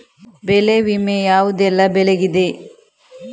ಬೆಳೆ ವಿಮೆ ಯಾವುದೆಲ್ಲ ಬೆಳೆಗಿದೆ?